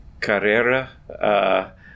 carrera